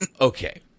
Okay